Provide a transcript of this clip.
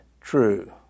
true